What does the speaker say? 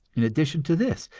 in addition to this,